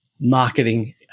marketing